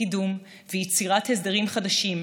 קידום ויצירה של הסדרים חדשים,